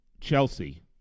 Chelsea